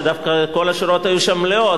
שדווקא כל השורות היו שם מלאות.